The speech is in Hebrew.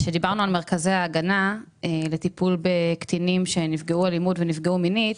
כשדיברנו על מרכזי ההגנה לטיפול בקטינים שנפגעו מאלימות ונפגעו מינית,